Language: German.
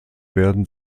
werden